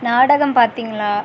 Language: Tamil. நாடகம் பார்த்தீங்களா